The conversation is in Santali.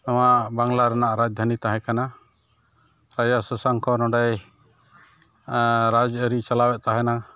ᱱᱚᱣᱟ ᱵᱟᱝᱞᱟ ᱨᱮᱱᱟᱜ ᱨᱟᱡᱽᱫᱷᱟᱱᱤ ᱛᱟᱦᱮᱸᱠᱟᱱᱟ ᱨᱟᱡᱟ ᱥᱚᱥᱟᱝᱠᱚ ᱱᱚᱰᱮᱭ ᱨᱟᱡᱽᱟᱹᱨᱤᱭ ᱪᱟᱞᱟᱣᱮᱫ ᱛᱟᱦᱮᱱᱟ